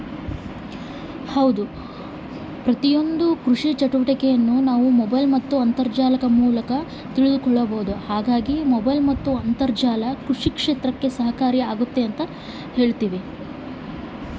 Mobile ಮತ್ತು ಅಂತರ್ಜಾಲ ಕೃಷಿ ಕ್ಷೇತ್ರಕ್ಕೆ ಸಹಕಾರಿ ಆಗ್ತೈತಾ?